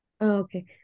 Okay